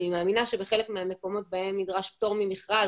אני מאמינה שבחלק מהמקומות בהם נדרש פטור ממכרז